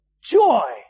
joy